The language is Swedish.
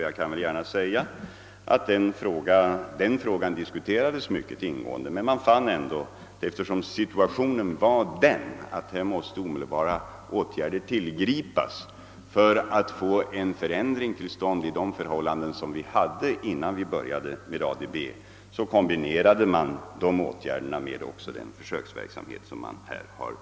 Ja, spörsmålet diskuterades mycket ingående, men eftersom situationen i Stockholm var sådan att omedelbara åtgärder måste vidtagas för att få en förändring till stånd befanns det lämpligt att kombinera åtgärderna med denna försöksverksamhet.